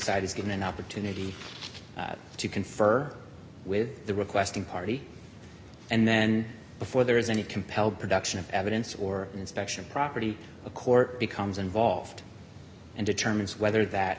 side is given an opportunity to confer with the requesting party and then before there is any compelled production of evidence or inspection property a court becomes involved and determines whether that